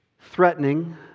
threatening